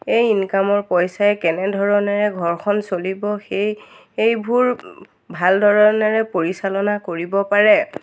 এই ইনকামৰ পইচাই কেনেধৰণেৰে ঘৰখন চলিব সেই এইবোৰ ভাল ধৰণেৰে পৰিচালনা কৰিব পাৰে